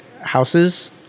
houses